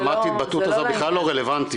לא, הרמת התבטאות הזאת בכלל לא רלוונטית,